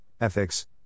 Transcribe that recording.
ethics